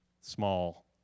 small